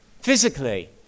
physically